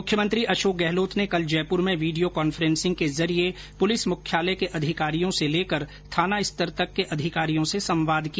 मुख्यमंत्री अशोक गहलोत ने कल जयपुर में वीडियो कॉफेंन्सिंग के जरिए पुलिस मुख्यालय के अधिकारियों से लेकर थाना स्तर तक के अधिकारियों से संवाद किया